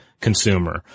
consumer